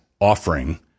offering